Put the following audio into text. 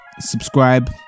subscribe